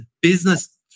business